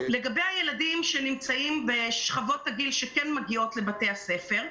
לגבי הילדים שנמצאים בשכבות הגיל שכן מגיעות לבתי הספר,